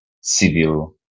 civil